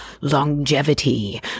longevity